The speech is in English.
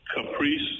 caprice